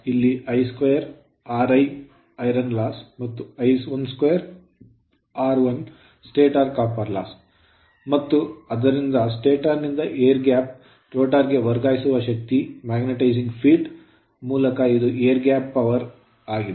ಇಲ್ಲಿ Ii2 Ri iron loss ಕಬ್ಬಿಣದ ನಷ್ಟ ಮತ್ತು I12r1 stator copper loss stator ತಾಮ್ರದ ನಷ್ಟವಾಗಿದೆ ಮತ್ತು ಆದ್ದರಿಂದ ಸ್ಟಾಟರ್ ನಿಂದ air gap ಗಾಳಿಯ ಅಂತರದ ರೋಟರ್ ಗೆ ವರ್ಗಾಯಿಸುವ ಶಕ್ತಿ magnetizing field ಕಾಂತೀಯ ಕ್ಷೇತ್ರದ ಮೂಲಕ ಇದು air gap power ಗಾಳಿಯ ಅಂತರದಾದ್ಯಂತ ಶಕ್ತಿ ಯಾಗಿದೆ